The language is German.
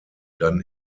dann